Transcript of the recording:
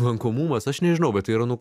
lankomumas aš nežinau bet tai yra nu